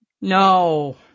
No